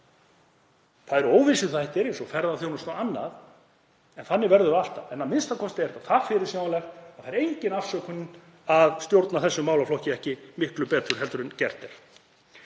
Það eru óvissuþættir eins og ferðaþjónusta og annað en þannig verður það alltaf. En a.m.k. er þetta það fyrirsjáanlegt að það er engin afsökun að stjórna þessum málaflokki ekki miklu betur en gert er.